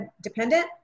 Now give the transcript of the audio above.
dependent